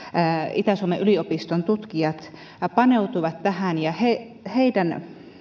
itä suomen yliopiston tutkijat paneutuivat tähän heidän